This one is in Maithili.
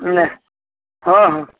नहि हँ हँ